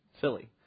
silly